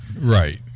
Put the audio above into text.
Right